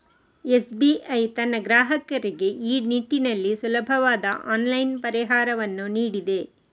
SBI ತನ್ನ ಗ್ರಾಹಕರಿಗೆ ಈ ನಿಟ್ಟಿನಲ್ಲಿ ಸುಲಭವಾದ ಆನ್ಲೈನ್ ಪರಿಹಾರವನ್ನು ನೀಡಿದೆ